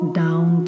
down